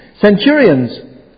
Centurions